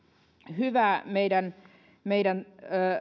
hyvä meidän meidän